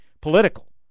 political